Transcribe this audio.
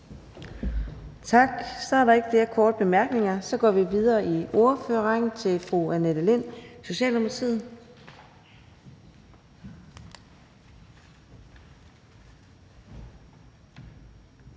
Tak. Så er der ikke flere korte bemærkninger. Så går vi videre i ordførerrækken til fru Annette Lind, Socialdemokratiet.